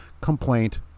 Complaint